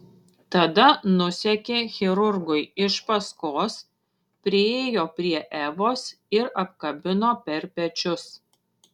tada nusekė chirurgui iš paskos priėjo prie evos ir apkabino per pečius